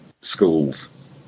schools